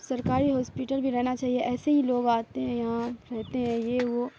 سرکاری ہاسپیٹل بھی رہنا چاہیے ایسے ہی لوگ آتے ہیں یہاں رہتے ہیں یہ وہ